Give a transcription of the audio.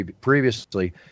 previously